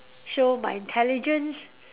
show my intelligence